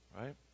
right